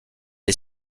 est